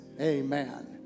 Amen